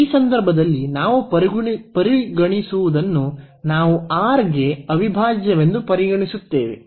ಈ ಸಂದರ್ಭದಲ್ಲಿ ನಾವು ಪರಿಗಣಿಸುವದನ್ನು ನಾವು R ಗೆ ಅವಿಭಾಜ್ಯವೆಂದು ಪರಿಗಣಿಸುತ್ತೇವೆ